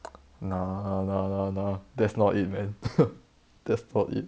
nah nah nah that's not it man that's not it